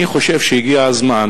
אני חושב שהגיע הזמן